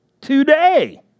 Today